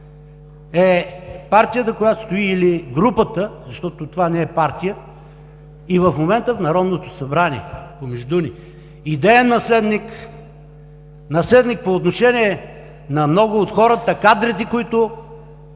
е партията, която стои, или групата, защото това не е партия, и в момента в Народното събрание, помежду ни. Идеен наследник, наследник по отношение на много от хората, кадрите, които